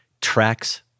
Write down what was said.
tracks